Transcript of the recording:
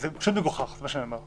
זה פשוט מגוחך, זה מה שאני אומר.